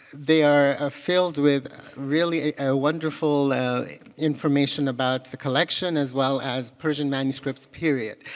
they are ah filled with really ah wonderful information about the collection as well as persian manuscripts period.